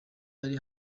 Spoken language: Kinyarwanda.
ari